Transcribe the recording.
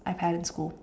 I had in school